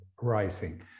rising